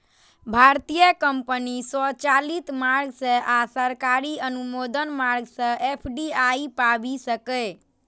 भारतीय कंपनी स्वचालित मार्ग सं आ सरकारी अनुमोदन मार्ग सं एफ.डी.आई पाबि सकैए